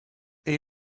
ili